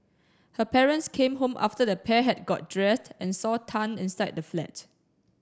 her parents came home after the pair had got dressed and saw Tan inside the flat